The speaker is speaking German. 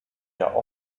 der